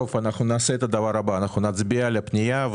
נצביע על הפנייה,